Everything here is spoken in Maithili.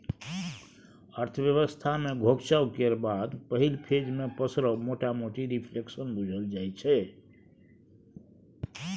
अर्थव्यवस्था मे घोकचब केर बाद पहिल फेज मे पसरब मोटामोटी रिफ्लेशन बुझल जाइ छै